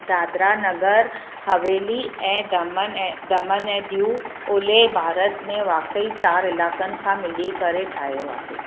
दादरा नगर हवेली ऐं दमन ऐं दमन ऐं दीउ उले भारत में वाकई चार इलाक़नि खां मिली करे ठाहियो आहे